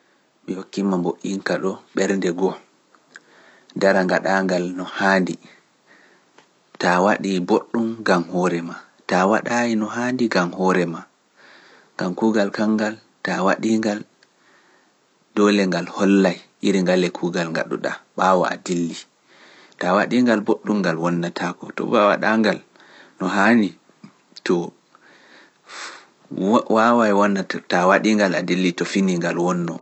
Mbi'a kiima mboɗinka ɗo ɓernde goo. Dara ngaɗaangal no haandi, taa waɗi boɗɗum ngam hoore maa, taa waɗaay no haandi ngam hoore maa. Ngam kuugal kangal, taa waɗi ngal doole ngal hollay iri ngale ku to ɓe waɗa ngal no haani, to waawa e wonat, ta waɗi ngal adilli to fini ngal wonno.